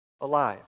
alive